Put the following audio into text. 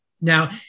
Now